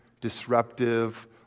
disruptive